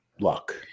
luck